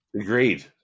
Agreed